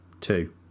Two